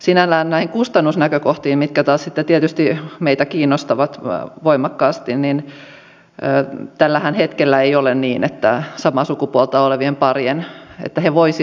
sinällään näihin kustannusnäkökohtiin liittyen mitkä taas sitten tietysti meitä kiinnostavat voimakkaasti tällä hetkellähän ei ole niin että samaa sukupuolta olevien parien että se voisi